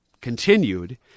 continued